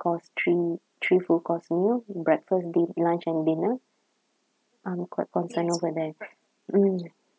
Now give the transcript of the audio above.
course three three full course meal breakfast di~ lunch and dinner I'm quite content over that mm